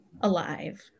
alive